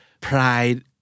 pride